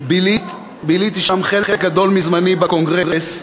והיות שביליתי שם חלק גדול מזמני בקונגרס,